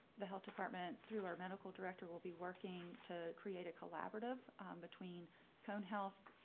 the health department through our medical director will be working to create a collaborative between cohn health,